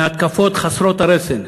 מהתקפות חסרות הרסן,